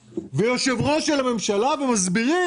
ויושב ראש הקרן הוא נציג הממשלה ומסבירים